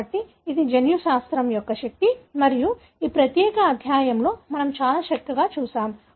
కాబట్టి అది జన్యుశాస్త్రం యొక్క శక్తి మరియు ఈ ప్రత్యేక అధ్యాయంలో మనం చాలా చక్కగా చూశాము